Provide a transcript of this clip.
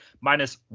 minus